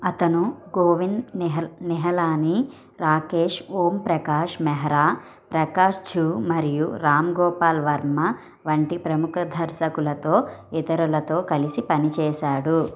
అతను గోవింద్ నిహల్ నిహలానీ రాకేష్ ఓంప్రకాష్ మెహరా ప్రకాష్ జూ మరియు రామ్ గోపాల్ వర్మ వంటి ప్రముఖ దర్శకులతో ఇతరులతో కలిసి పనిచేశాడు